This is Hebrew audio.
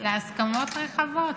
להסכמות רחבות"?